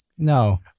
no